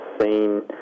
seen